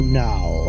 now